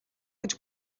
гэж